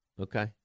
Okay